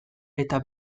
eta